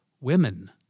women